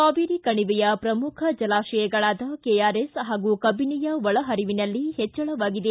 ಕಾವೇರಿ ಕಣಿವೆಯ ಪ್ರಮುಖ ಜಲಾಶಯಗಳಾದ ಕೆಆರ್ಎಸ್ ಹಾಗೂ ಕಬಿನಿಯ ಒಳಹರಿವಿನಲ್ಲಿ ಹೆಚ್ವಳವಾಗಿದೆ